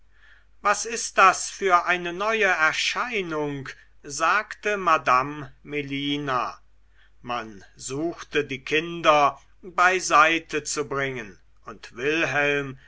was ist das für eine neue erscheinung sagte madame melina man suchte die kinder beiseitezubringen und wilhelm